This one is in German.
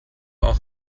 auch